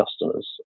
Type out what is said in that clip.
customers